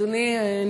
אדוני,